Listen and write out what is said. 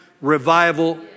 revival